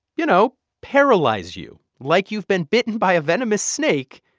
you know, paralyze you like you've been bitten by a venomous snake,